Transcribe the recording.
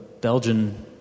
Belgian